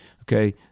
Okay